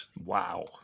Wow